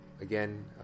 again